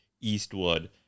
eastwood